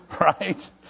right